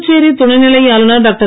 புதுச்சேரி தணைநிலை ஆளுனர் டாக்டர்